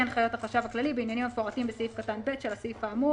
הנחיות החשב הכללי בעניינים המפורטים בסעיף קטן (ב) של הסעיף האמור.